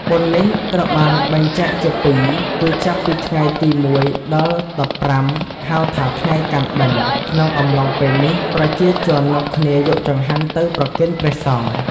បុណ្យនេះត្រូវបានបែងចែកជា២គឺ ចាប់ពីថ្ងៃទី ១ ដល់ ១៥ ហៅថាថ្ងៃកាន់បិណ្ឌក្នុងអំឡុងពេលនេះប្រជាជននាំគ្នាយកចង្ហាន់ទៅប្រគេនព្រះសង្ឃ។